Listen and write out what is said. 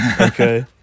Okay